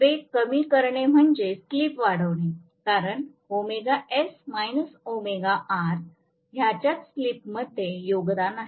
वेग कमी करणे म्हणजे स्लिप वाढविणे कारण ह्याचाच स्लिपमध्ये योगदान आहे